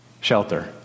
shelter